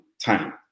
time